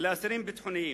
אצל אסירים ביטחוניים